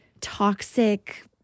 toxic